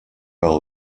well